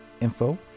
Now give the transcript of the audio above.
info